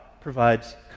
provides